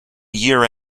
year